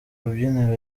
rubyiniro